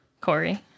Corey